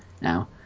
now